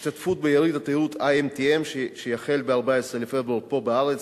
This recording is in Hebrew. השתתפות ביריד התיירות IMTM שיחל ב-14 בפברואר פה בארץ,